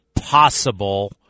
possible